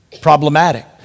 problematic